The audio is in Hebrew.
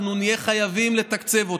אנחנו נהיה חייבים לתקצב אותה.